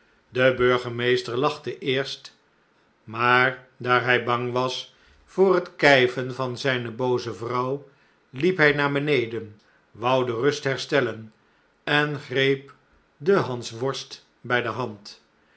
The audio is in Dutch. de burgemeester lachte eerst maar daar hij bang was voor het kijven van zijne booze vrouw liep hij naar beneden wou de rust herstellen en greep den hansworst bij de hand